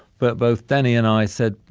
but both danny and i said,